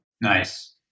Nice